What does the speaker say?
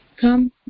come